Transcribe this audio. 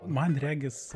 man regis